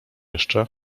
jeszcze